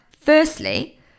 Firstly